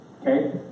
Okay